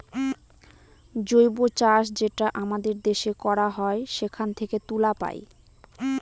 জৈব চাষ যেটা আমাদের দেশে করা হয় সেখান থেকে তুলা পায়